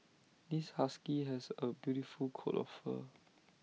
this husky has A beautiful coat of fur